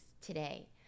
today